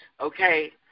okay